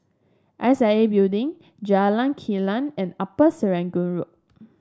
S I A Building Jalan Kilang and Upper Serangoon Road